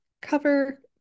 cover